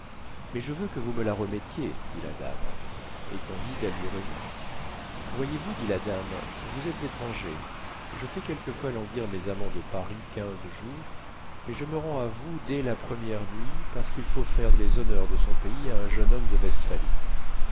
mais je veux que vous me la remettiez dit la dame et candide la lui remit voyez-vous dit la dame vous êtes étranger je fais quelquefois languir mes amants de paris quinze jours mais je me rends à vous dès la première nuit parcequ'il faut faire les honneurs de son pays à un jeune homme de